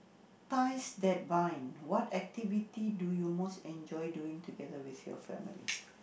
ties that bind what activity do you most enjoy doing together with your family